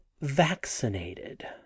vaccinated